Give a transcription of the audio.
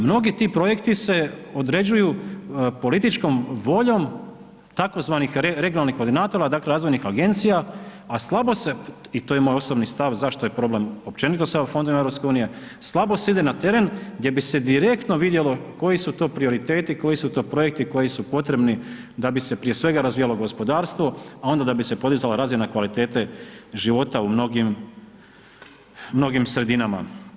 Mnogi ti projekti se određuju političkom voljom tzv. regionalnih koordinatora dakle razvojnih agencija, a slabo se i to je moj osobni stav zašto je problem općenito sa EU fondovima EU, slabo se ide na teren gdje bi se direktno vidjelo koji su to prioriteti, koji su to projekti koji su potrebni da bi se prije svega razvijalo gospodarstvo, a onda da bi se podizala razina kvalitete života u mnogim, mnogim sredinama.